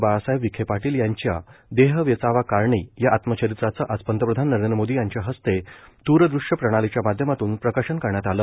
बाळासाहेब विखे पाटील यांच्या देह वेचावा कारणी या आत्मचरित्राचं आज पंतप्रधान नरेंद्र मोदी यांच्या हस्ते दूरदृश्य प्रणालीच्या माध्यमातून प्रकाशन करण्यात आलं